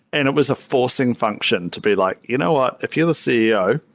and it was a forcing function to be like, you know what? if you're the ceo,